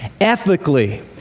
ethically